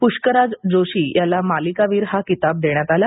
पुष्कराज जोशी याला मालिकावीर हा किताब देण्यात आला